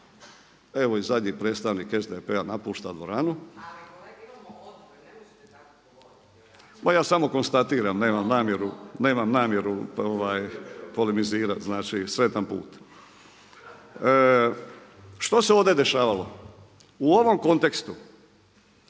odbor, ne možete tako govoriti./… Ma ja samo konstatiram, nemam namjeru polemizirati. Znači, sretan put. Što se ovdje dešavalo? U ovom kontekstu,